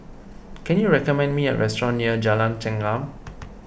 can you recommend me a restaurant near Jalan Chengam